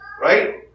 right